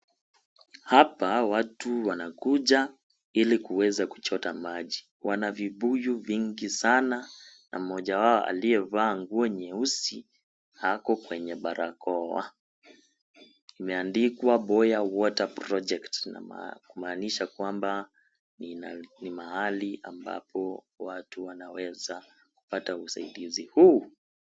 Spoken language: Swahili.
Hapa watu wanakuja, ili kuweza kuchota maji. Wana vibuyu vingi sana na mmoja wao aliyevaa nguo nyeusi ako kwenye barakoa. Imeandikwa Boya Water Product kumaanisha kwamba ni mahali ambapo watu wanaweza kupata usaidizi huu.